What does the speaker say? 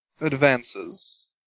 advances